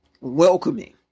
welcoming